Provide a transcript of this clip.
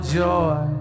joy